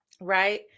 Right